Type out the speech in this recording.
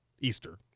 Easter